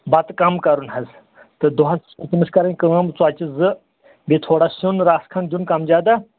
بَتہٕ کَم کَرُن حظ تہٕ دۄہَس چھِ تٔمِس کَرٕنۍ کٲم ژۄچہِ زٕ بیٚیہِ تھوڑا سیُٚن رَژھ کھٔنٛڈ دیُٚن کَم جادہ